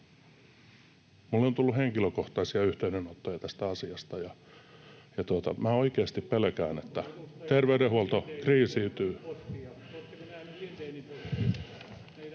Minulle on tullut henkilökohtaisia yhteydenottoja tästä asiasta, ja minä oikeasti pelkään, että terveydenhuolto kriisiytyy.